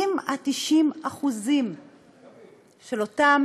70% 90% מאותן